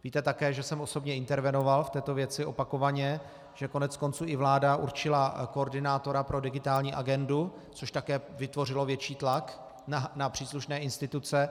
Víte také, že jsem osobně intervenoval v této věci opakovaně, že koneckonců i vláda určila koordinátora pro digitální agendu, což také vytvořilo větší tlak na příslušné instituce.